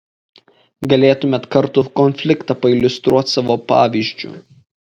galėtumėt kartų konfliktą pailiustruot savo pavyzdžiu